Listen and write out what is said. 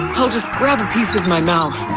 i'll just grab a piece with my mouth.